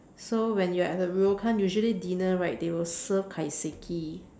so when you at the ryokan usually dinner right they will serve kaiseki